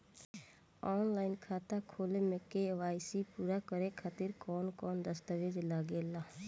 Online खाता खोले में के.वाइ.सी पूरा करे खातिर कवन कवन दस्तावेज लागे ला?